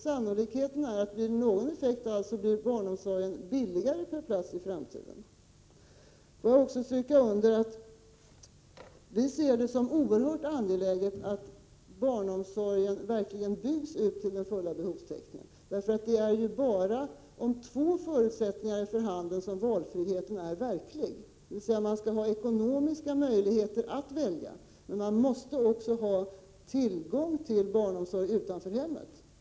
Sannolikheten är att effekten blir att barnomsorgen blir billigare per plats i framtiden. Får jag också stryka under att vi ser det som oerhört angeläget att barnomsorgen verkligen byggs ut till den fulla behovstäckningen. Bara om två förutsättningar är för handen är valfriheten verklig, dvs. man skall ha ekonomiska möjligheter att välja, men man måste också ha tillgång till barnomsorg utanför hemmet.